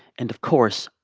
and, of course,